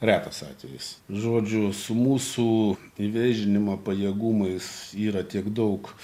retas atvejis žodžiu su mūsų įvėžinimo pajėgumais yra tiek daug